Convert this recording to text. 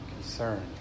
Concerned